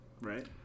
right